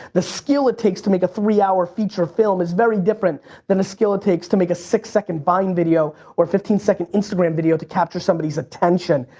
the skill it takes to make three-hour feature film is very different than the skill it takes to make a six-second vine video or fifteen second instagram video to capture somebody's attention.